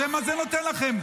מה זה נותן לכם?